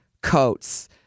coats